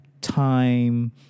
time